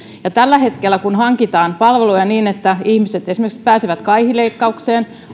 ja tällä hetkellä kun hankitaan palveluja niin että ihmiset pääsevät esimerkiksi kaihileikkaukseen